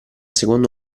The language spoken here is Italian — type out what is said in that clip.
secondo